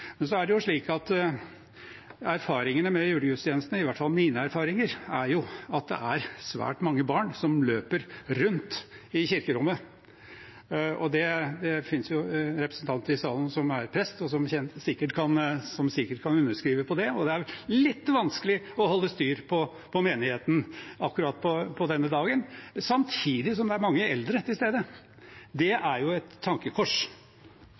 slik at erfaringene med julegudstjenestene – i hvert fall mine erfaringer – er at det er svært mange barn som løper rundt i kirkerommet. I salen finnes det en representant som er prest, og som sikkert kan underskrive på det. Det er litt vanskelig å holde styr på menigheten akkurat på denne dagen, samtidig som det er mange eldre til stede. Det er et tankekors